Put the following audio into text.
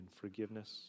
forgiveness